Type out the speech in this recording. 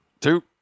two